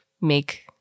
make